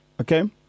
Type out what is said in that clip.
Okay